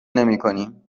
نمیکنیم